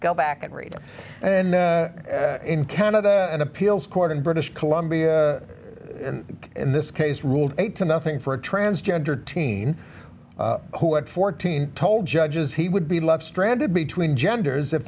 go back and read and then in canada an appeals court in british columbia in this case ruled eight to nothing for a transgendered teen who at fourteen told judges he would be left stranded between genders if